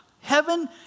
Heaven